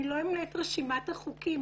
אני לא אמנה את רשימת החוקים,